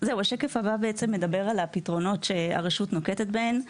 השקף הבא מדבר על הפתרונות שהרשות נוקטת בהם.